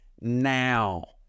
now